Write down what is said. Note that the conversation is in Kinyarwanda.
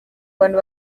abantu